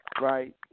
right